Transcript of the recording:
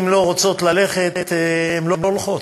אם הן לא רוצות ללכת הן לא הולכות.